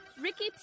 Ricky